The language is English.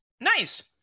Nice